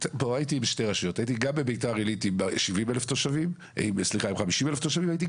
הייתי בשתי רשויות: גם בבית"ר עילית עם 50 אלף תושבים וגם בירושלים.